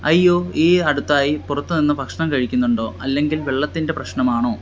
അയ്യോ ഈ അടുത്തായി പുറത്തുനിന്ന് ഭക്ഷണം കഴിക്കുന്നുണ്ടോ അല്ലെങ്കിൽ വെള്ളത്തിൻ്റെ പ്രശ്നം ആണോ